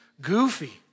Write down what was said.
goofy